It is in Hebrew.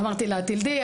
אמרתי לה: את תלדי,